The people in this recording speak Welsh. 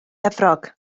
efrog